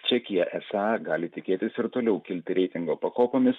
čekija esą gali tikėtis ir toliau kilti reitingo pakopomis